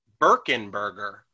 Birkenberger